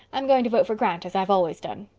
i'm going to vote for grant as i've always done.